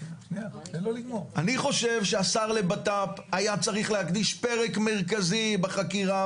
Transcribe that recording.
חושב שהשר לבט"פ היה צריך להקדיש פרק מרכזי בחקירה,